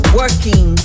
working